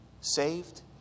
saved